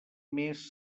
més